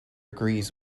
agrees